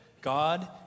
God